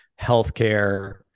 healthcare